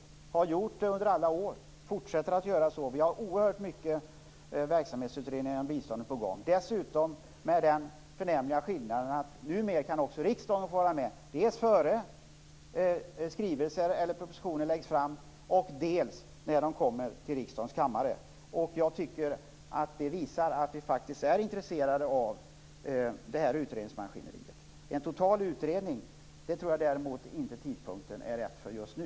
Det har man gjort under alla år och det fortsätter man att göra. Det är oerhört många verksamhetsutredningar om biståndet på gång. Dessutom är den förnämliga skillnaden numera att också riksdagen får delta, dels innan skrivelser eller propositioner läggs fram, dels när de kommer till riksdagens kammare. Det visar att vi faktiskt är intresserade av detta utredningsmaskineri. Däremot tror jag inte att det är rätt tidpunkt för en total utredning just nu.